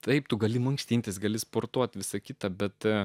taip tu gali mankštintis gali sportuoti visą kitą bet